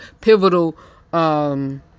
pivotal